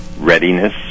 readiness